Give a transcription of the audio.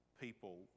people